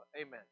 Amen